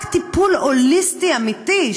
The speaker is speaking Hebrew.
רק טיפול הוליסטי אמיתי,